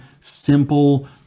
simple